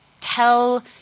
tell